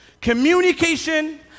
Communication